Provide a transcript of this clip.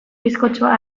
bizkotxoa